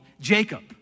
Jacob